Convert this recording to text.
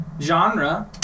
Genre